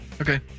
okay